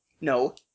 no